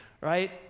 right